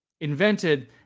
invented